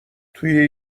توی